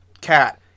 cat